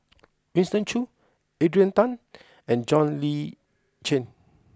Winston Choos Adrian Tan and John Le Cain